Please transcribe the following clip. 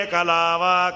Kalava